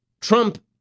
Trump